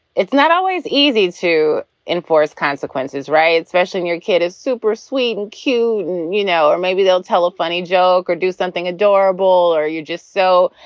it's not always easy to enforce consequences, right? especially if and your kid is super sweet and cute, you know, or maybe they'll tell a funny joke or do something adorable or you just so.